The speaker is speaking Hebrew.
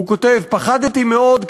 הוא כותב: פחדתי מאוד,